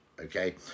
Okay